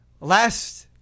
Last